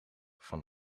van